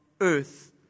earth